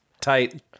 tight